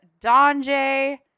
Donjay